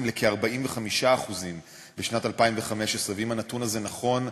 ל-45% בשנת 2015. ואם הנתון הזה נכון,